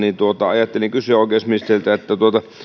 ajattelin kysyä oikeusministeriltä kun